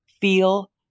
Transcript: feel